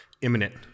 imminent